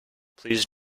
please